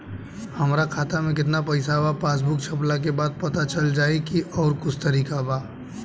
हमरा खाता में केतना पइसा बा पासबुक छपला के बाद पता चल जाई कि आउर कुछ तरिका बा?